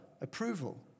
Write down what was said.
approval